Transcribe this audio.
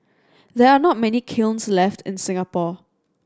there are not many kilns left in Singapore